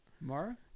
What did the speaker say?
Mara